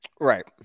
Right